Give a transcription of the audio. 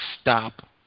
stop